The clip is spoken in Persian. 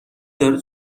داره